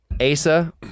Asa